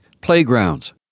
playgrounds